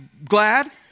glad